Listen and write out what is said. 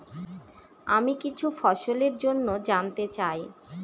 আমি কিছু ফসল জন্য জানতে চাই